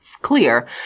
clear